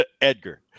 Edgar